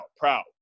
proud